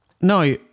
Now